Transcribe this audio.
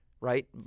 right